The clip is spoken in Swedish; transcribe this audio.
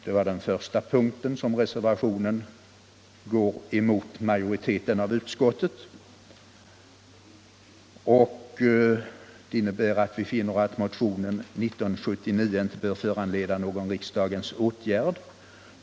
Vi finner för det andra att motionen 1979 inte bör föranleda någon riksdagens åtgärd.